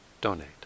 donate